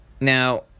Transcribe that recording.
now